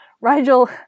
Rigel